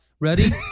ready